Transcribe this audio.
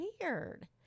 weird